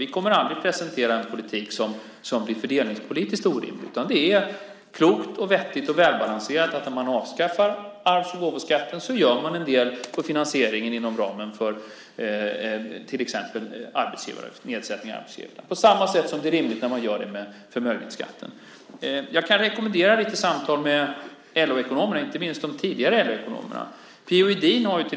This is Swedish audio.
Vi kommer aldrig att presentera en politik som blir fördelningspolitiskt orimlig, utan det är klokt, vettigt och välbalanserat att när arvs och gåvoskatten avskaffas göra en del på finansieringssidan inom ramen till exempel för en nedsättning av arbetsgivaravgiften - på samma sätt som det är rimligt när det gäller förmögenhetsskatten. Jag kan rekommendera lite samtal med LO-ekonomerna, inte minst med de tidigare LO-ekonomerna. Till exempel har P.-O.